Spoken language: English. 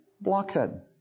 blockhead